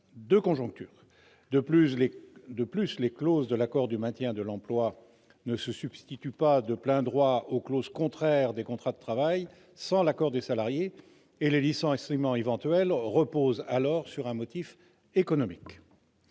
de conjoncture. De plus, les clauses de l'accord de maintien de l'emploi ne se substituent pas de plein droit aux clauses contraires des contrats de travail sans l'accord des salariés. Les licenciements éventuels reposent alors sur un motif économique.